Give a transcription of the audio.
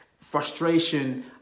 frustration